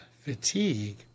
fatigue